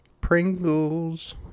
Pringles